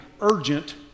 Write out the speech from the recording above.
urgent